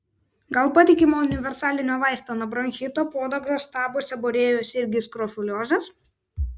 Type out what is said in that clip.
gal patikimo universalinio vaisto nuo bronchito podagros stabo seborėjos irgi skrofuliozės